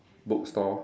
bookstore